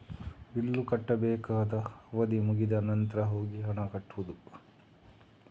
bill ಕಟ್ಟಬೇಕಾದ ಅವಧಿ ಮುಗಿದ ನಂತ್ರ ಹೋಗಿ ಹಣ ಕಟ್ಟುದು